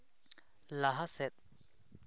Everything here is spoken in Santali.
ᱞᱟᱦᱟ ᱥᱮᱫ